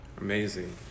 amazing